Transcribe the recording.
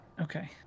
Okay